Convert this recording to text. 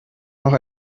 noch